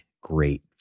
great